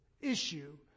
issue